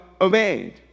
obeyed